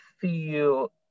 feel